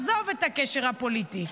עזוב את הקשר הפוליטי.